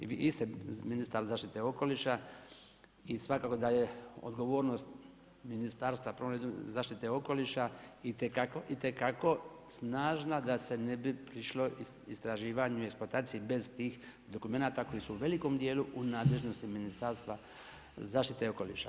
I vi ste … ministar zaštite okoliša i svakako da je odgovornost Ministarstva zaštite okoliša itekako snažna da se ne bi prišlo istraživanju i eksploataciji bez tih dokumenata koji su u velikom dijelu u nadležnosti Ministarstva zaštite okoliša.